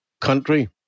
country